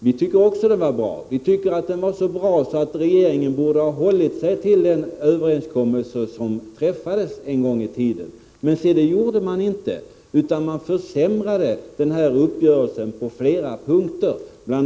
Vi tycker också att den var bra — så bra att regeringen borde ha hållit sig till den överenskommelse som träffades en gång i tiden. Men se det gjorde man inte, utan man försämrade uppgörelsen på flera punkter. Bl.